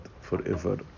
forever